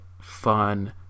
fun